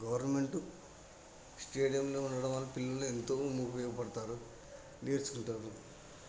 government స్టేడియంలు ఉండడం వల్ల పిల్లలు ఎంతో ఉపయోగపడతారు నేర్చుకుంటారు